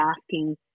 asking